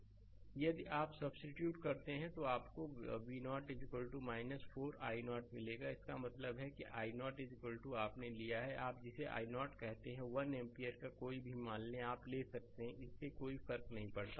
slide समय देखें 0540 यदि आप सब्सीट्यूट करते हैं तो आपको V0 4 i0 मिलेगा इसका मतलब है कि i0 आपने लिया है आप जिसे i0 कहते हैं 1 एम्पीयर का कोई भी मान लें आप ले सकते हैं इससे कोई फर्क नहीं पड़ता